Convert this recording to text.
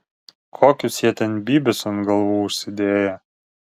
kokius jie ten bybius ant galvų užsidėję